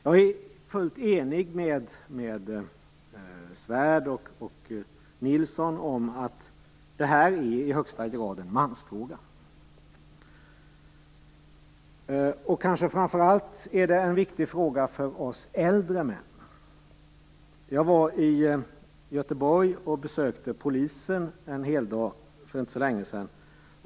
Jag är fullt enig med Svärd och Nilsson om att detta i högsta grad är en mansfråga. Kanske är det en viktig fråga framför allt för oss äldre män. Jag besökte polisen i Göteborg en heldag för inte så länge sedan.